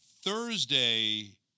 Thursday